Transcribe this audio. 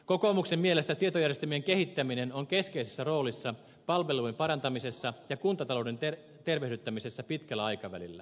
kokoomuksen mielestä tietojärjestelmien kehittäminen on keskeisessä roolissa palvelujen parantamisessa ja kuntatalouden tervehdyttämisessä pitkällä aikavälil lä